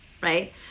right